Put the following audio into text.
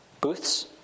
Booths